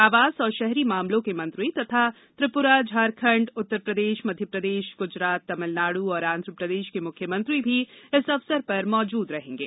आवासन और शहरी मामलों के मंत्री तथा त्रिपुरा झारखंड उत्तर प्रदेश मध्य प्रदेश गुजरात तमिलनाडु और आंध्र प्रदेश के मुख्यामंत्री भी इस अवसर पर मौजूद रहेंगे